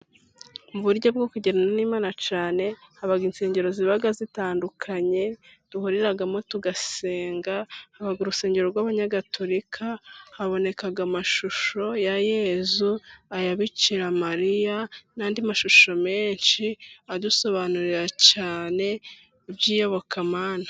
Mu buryo bwo kwegerana n'Imana cyane, haba insengero ziba zitandukanye duhuriramo tugasenga. Haba urusengero rw'abanyagatolika, haboneka amashusho ya yezu n'aya bikiramariya, n'andi mashusho menshi adusobanurira cyane iby'iyobokamana.